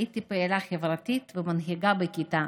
הייתי פעילה חברתית ומנהיגה בכיתה.